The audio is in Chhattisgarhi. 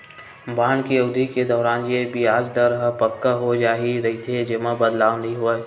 बांड के अबधि के दौरान ये बियाज दर ह पक्का हो जाय रहिथे, ऐमा बदलाव नइ होवय